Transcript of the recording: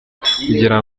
kugira